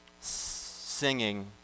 singing